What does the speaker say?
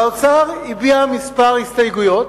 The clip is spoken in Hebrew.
האוצר הביע כמה הסתייגויות.